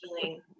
feeling